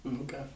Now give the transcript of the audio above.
Okay